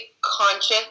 conscious